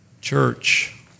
Church